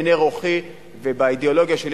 בעיני רוחי ובאידיאולוגיה שלי,